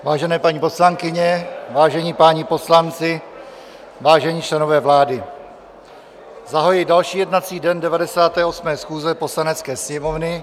Vážené paní poslankyně, vážení páni poslanci, vážení členové vlády, zahajuji další jednací den 98. schůze Poslanecké sněmovny.